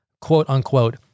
quote-unquote